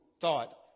thought